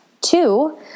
Two